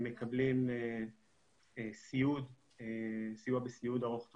הם מקבלים סיוע בסיעוד ארוך טווח,